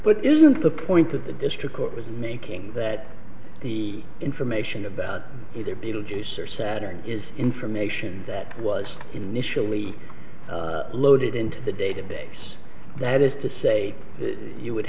really isn't the point that the district court was making that the information about their beetlejuice or saturn is information that was initially loaded into the database that is to say you would